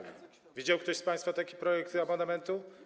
Widział ktoś z państwa taki projekt abonamentu?